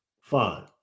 fine